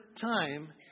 time